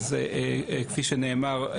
כפי שנאמר,